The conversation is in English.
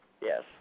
Yes